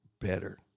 better